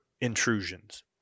intrusions